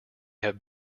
have